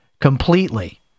completely